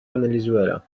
valenzuela